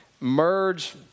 merge